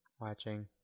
watching